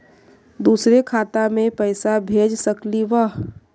दुसरे खाता मैं पैसा भेज सकलीवह?